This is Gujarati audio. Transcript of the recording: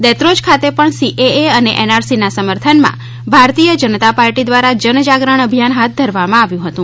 દેત્રોજ ખાતે પણ સીએએ અને એનઆરસીના સમર્થનમાં ભારતીય જનતા પાર્ટી દ્વારા જનજાગરણ અભિયાન હાથ ધરવામાં આવ્યુ હતુ